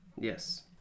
Yes